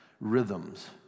rhythms